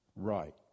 right